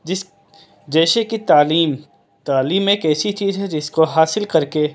جس جیسے کہ تعلیم تعلیم ایک ایسی چیز ہے جس کو حاصل کر کے